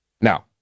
Now